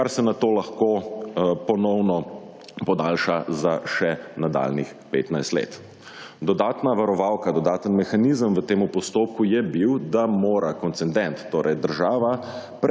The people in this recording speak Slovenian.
kar se nato lahko ponovno podaljša za še nadaljnjih 15 let. Dodatna varovalka, dodaten mehanizem v temu postopku je bil, da mora koncendent, torej država